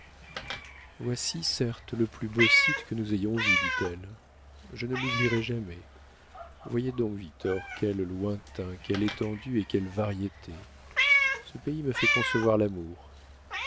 voici certes le plus beau site que nous ayons vu dit-elle je ne l'oublierai jamais voyez donc victor quels lointains quelle étendue et quelle variété ce pays me fait concevoir l'amour